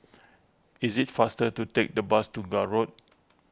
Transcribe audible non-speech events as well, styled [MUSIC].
[NOISE] it is faster to take the bus to Gul Road